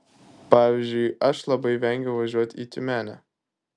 pavyzdžiui aš labai vengiau važiuoti į tiumenę